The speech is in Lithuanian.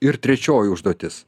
ir trečioji užduotis